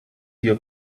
your